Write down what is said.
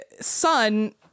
son